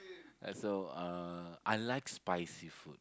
ya so I like spicy food